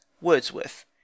wordsworth